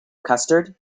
custard